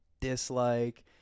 dislike